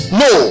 no